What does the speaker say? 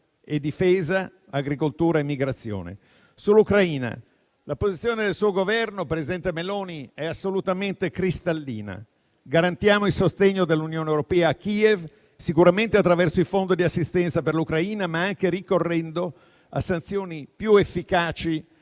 e difesa, agricoltura e immigrazione. Sull'Ucraina, la posizione del suo Governo, presidente Meloni, è assolutamente cristallina: garantiamo il sostegno dell'Unione europea a Kiev, sicuramente attraverso il Fondo di assistenza per l'Ucraina, ma anche ricorrendo a sanzioni più efficaci